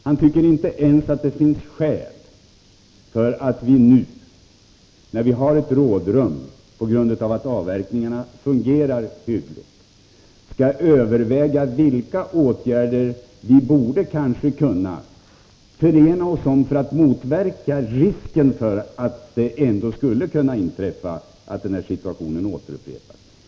Han tycker inte ens att det finns skäl för att vi nu, när vi har rådrum på grund av att avverkningarna fungerar hyggligt, skall överväga vilka åtgärder vi borde kunna förena oss om för att motverka risken för att denna situation upprepas.